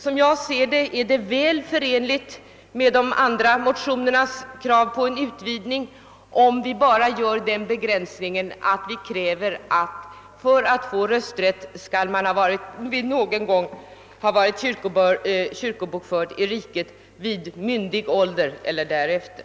Som jag ser det är det väl förenligt med de andra motionernas önskemål om en utvidgning, om vi bara gör den begränsningen att vi kräver att för att få rösträtt skall man någon gång ha varit kyrkobokförd i riket vid myndig ålder.